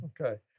Okay